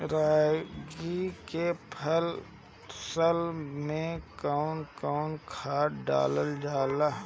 रागी के फसल मे कउन कउन खाद डालल जाला?